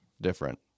different